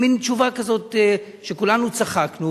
מין תשובה כזאת שכולנו צחקנו.